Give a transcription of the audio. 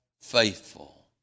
faithful